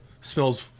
smells